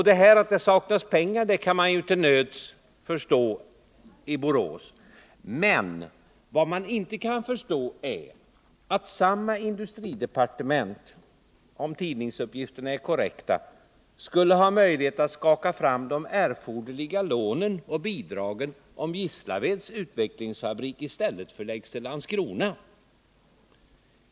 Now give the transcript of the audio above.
I Borås kan man till nöds förstå att det fattas pengar, men man kan inte förstå att samma industridepartement — om tidningsuppgifterna är korrekta — skulle ha möjlighet att skaka fram de erforderliga lånen och bidragen, om Gislaveds utvecklingsfabrik i stället förläggs till Landskrona.